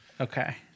Okay